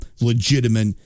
legitimate